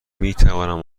میتوانم